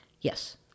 yes